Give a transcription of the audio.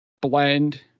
Blend